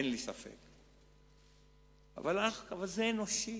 אין לי ספק, אבל זה אנושי.